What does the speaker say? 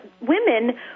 women